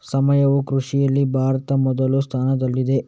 ಸಾವಯವ ಕೃಷಿಯಲ್ಲಿ ಭಾರತ ಮೊದಲ ಸ್ಥಾನದಲ್ಲಿದೆ